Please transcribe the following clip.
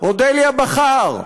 אודליה בכר,